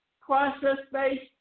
process-based